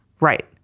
Right